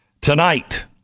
Tonight